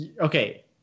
Okay